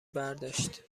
برداشت